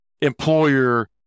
employer